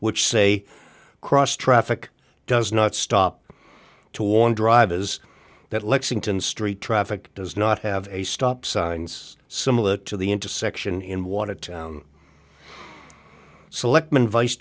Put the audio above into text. which say cross traffic does not stop to warn drivers that lexington street traffic does not have a stop signs similar to the intersection in wanted to selectmen vice